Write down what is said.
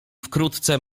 wkrótce